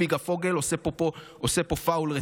וצביקה פוגל עושה פה פאוול רציני.